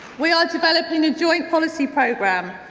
we are developing a joint policy programme,